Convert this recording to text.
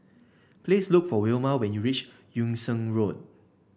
please look for Wilma when you reach Yung Sheng Road